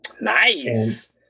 Nice